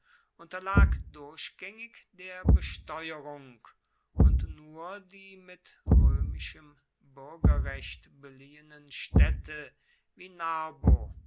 unterlag durchgängig der besteuerung und nur die mit römischem bürgerrecht beliehenen städte wie narbo